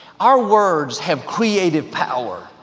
our words have creative power.